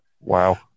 Wow